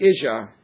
Asia